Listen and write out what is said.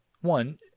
One